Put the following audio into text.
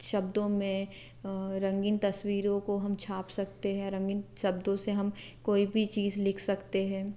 शब्दों में रंगीन तस्वीरों को हम छाप सकते हैं रंगीन शब्दों से हम कोई भी चीज़ लिख सकते हैं